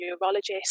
neurologist